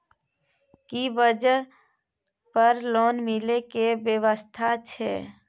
की वाहन पर लोन मिले के व्यवस्था छै?